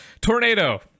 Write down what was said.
Tornado